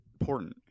important